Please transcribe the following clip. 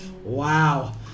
Wow